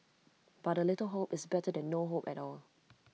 but A little hope is better than no hope at all